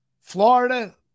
Florida